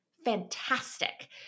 fantastic